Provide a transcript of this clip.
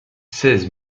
seize